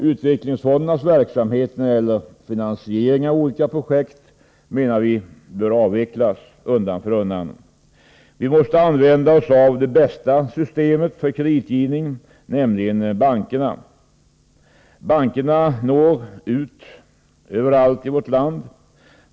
Utvecklingsfondernas verksamhet när det gäller finansiering av olika projekt anser vi bör avvecklas undan för undan. Vi måste använda oss av det bästa systemet för kreditgivning, nämligen bankerna. Bankerna når ut överallt i vårt land.